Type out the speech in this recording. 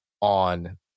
on